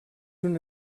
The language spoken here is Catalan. una